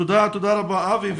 תודה, תודה רבה אבי.